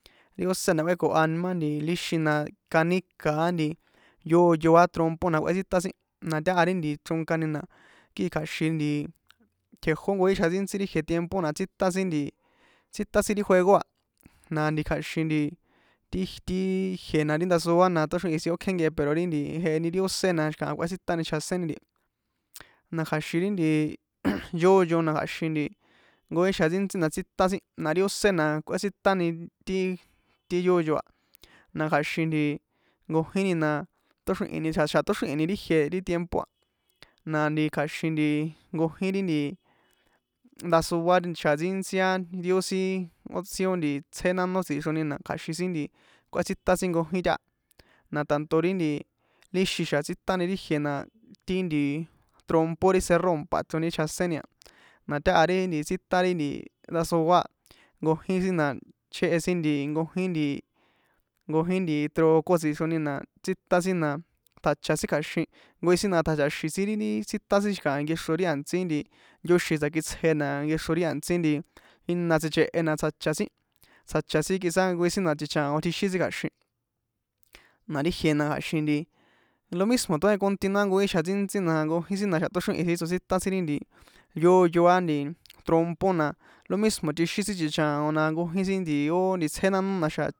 Ri ósé na kꞌuékoha imá nti líxin na kaníka̱ á nti yóyo á trompo na kꞌuétsita sin na táha ri nti chronkani na kii kjáxin nti tjejó nkojín xjan ntsíntsí ri ijie tiempo na tsítan sin nti tsítan sin ri juego a na nti kja̱xin nti ti ti jiena ri ndasoa na tóxrihi̱n sin ókje nkehe pero ri nti jeheni ri ósé na xi̱kaha kꞌuétsitani chjaséni ntihi na kja̱xin ri nti yóyo na kja̱xin nti nkojín xjan ntsínstí na tsítan sin na ri ósé na kꞌuétsitani ti ti yóyo a na kja̱xin nti nkojíni na xa tóxrihi̱ni ri jie ri tiempo a na nti kja̱xin nti nkojín ri nti ndasoa xjan ntsíntsí a ri ó sin ó sin itsjé nánó tsixroni na kja̱xin sin kꞌuétsitan sin nkojín táha na tanto ri nti ri líxin xa̱ tsítani ri jiena ri nti trompo ri cerròmpa ichroni ri chjaséni a na táha ri tsítan ri ndasoa a nkojín sin na chjéhe sin nti jnkojín nti nkojín truco tsixroni na tsítan sin na tjacha sin kja̱xin nkojín na tjacha̱xin sin ri nti tsítan sin xi̱kaha nkexro ri a̱ntsí nti yóxin tsakitsje na nkexro ri a̱ntsí nti jina sichꞌe na tsjacha sin tsjacha sin quizás nkojín sin na chichaon tjixin sin kja̱xin na ri jien na kja̱xin nti lo mismo tóhen continuar kojin xjan ntsíntsí na nkojín sin na na̱xa̱ tóxrihi̱n sin tsotsíta sin ri nti yóyó á nti trompo na lo mismo tjixin sin chichaon na nkojín sin ó itsje nánó na.